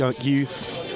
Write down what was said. youth